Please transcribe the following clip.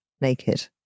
naked